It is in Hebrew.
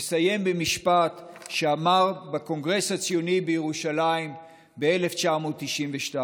אסיים במשפט שאמר בקונגרס הציוני בירושלים ב-1992: